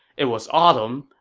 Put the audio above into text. it was autumn,